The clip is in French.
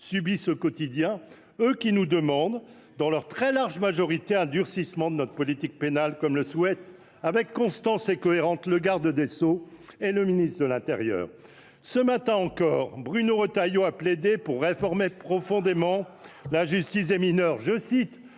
subissent au quotidien, alors qu’ils nous demandent, dans leur très large majorité, un durcissement de notre politique pénale, comme le souhaitent avec constance et cohérence le garde des sceaux et le ministre de l’intérieur. Ce matin encore, Bruno Retailleau… Voilà !… a plaidé pour réformer profondément la justice des mineurs.